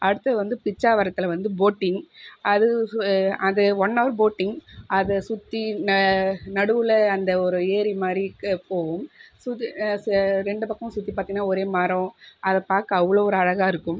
அடுத்தது வந்து பிச்சாவரத்தில் வந்து போட்டிங் அது சு அது ஒன் ஹவர் போட்டிங் அதை சுற்றி ந நடுவில் அந்த ஒரு ஏரி மாதிரிக்கு போகும் ரெண்டு பக்கமும் சுற்றி பார்த்தீங்கனால் ஒரே மரம் அதை பார்க்க அவ்வளோ ஒரு அழகாயிருக்கும்